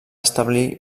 establir